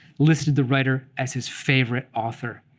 listed the writer as his favorite author.